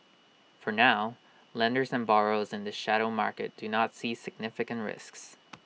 for now lenders and borrowers and the shadow market do not see significant risks